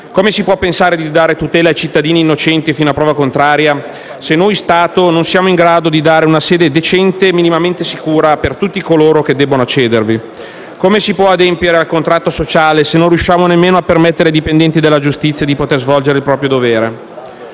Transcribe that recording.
Come si può pensare di dare tutela ai cittadini innocenti fino a prova contraria, se noi Stato non siamo in grado di dare una sede decente e minimamente sicura per tutti coloro che debbono accedervi? Come si può adempiere al contratto sociale se non riusciamo nemmeno a permettere ai dipendenti della giustizia di poter svolgere il proprio dovere?